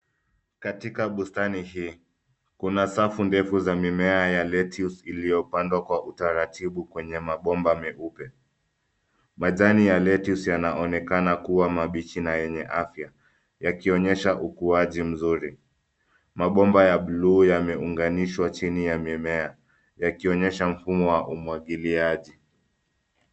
Katika bustani hii, kuna safu ndefu za mimea ya lettuce iliyopandwa kwa utaratibu kwenye mabomba meupe. Majani ya lettuce yanaonekana kuwa mabichi na yenye afya yakionyesha ukuaji mzuri. Mabomba ya bluu yameunganishwa chini ya mimea yakionyesha mfumo wa umwagiliaji.